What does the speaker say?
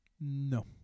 No